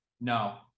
no